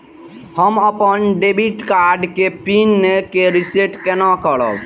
हम अपन debit card के पिन के रीसेट केना करब?